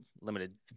limited